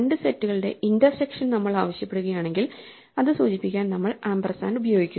രണ്ട് സെറ്റുകളുടെ ഇന്റർസെക്ഷൻ നമ്മൾ ആവശ്യപ്പെടുകയാണെങ്കിൽ ഇത് സൂചിപ്പിക്കാൻ നമ്മൾ ആമ്പർസാൻഡ് ഉപയോഗിക്കുന്നു